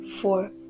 four